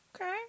Okay